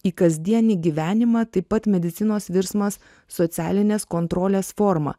į kasdienį gyvenimą taip pat medicinos virsmas socialinės kontrolės forma